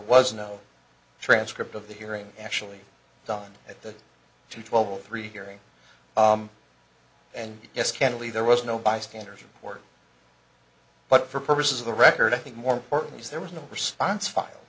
was no transcript of the hearing actually done at the two twelve three hearing and yes candidly there was no bystanders record but for purposes of the record i think more importantly was there was no response filed